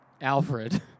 Alfred